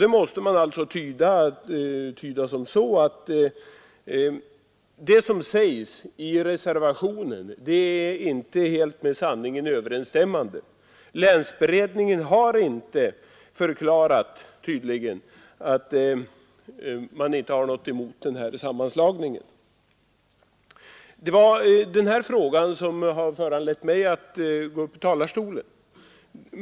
Detta måste man tyda så, att det som sägs i reservationen inte är med sanningen överensstämmande. Länsberedningen har tydligen inte uttalat något i den här frågan, utan endast dess ordförande.